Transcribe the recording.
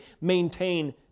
maintain